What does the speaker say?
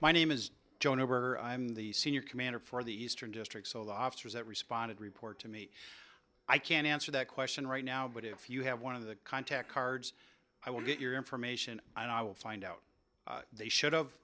my name is john over i'm the senior commander for the eastern district so the officers that responded report to me i can't answer that question right now but if you have one of the contact cards i will get your information and i will find out they should